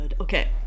Okay